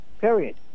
period